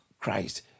Christ